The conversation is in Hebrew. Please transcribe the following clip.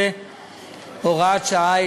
13 והוראת שעה),